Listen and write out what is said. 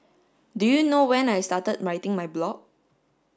do you know when I started writing my blog